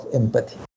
empathy